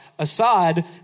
Assad